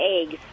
eggs